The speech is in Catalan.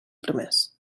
promés